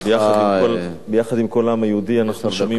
ביחד עם כל העם היהודי אנחנו שומעים בצער על